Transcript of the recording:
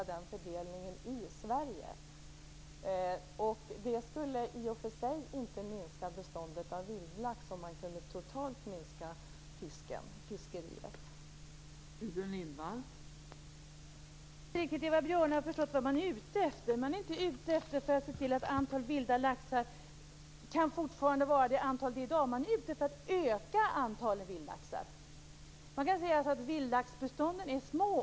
Vi är inte ute efter att se till att antalet vilda laxar skall bestå. Vi är ute efter att öka antalet vildlaxar. Vildlaxbestånden är små.